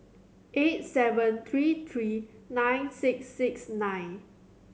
eight seven three three nine six six nine